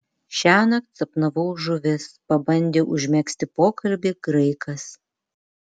šiąnakt sapnavau žuvis pabandė užmegzti pokalbį graikas